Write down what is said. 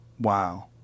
Wow